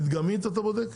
מדגמית אתה בודק?